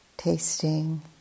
tasting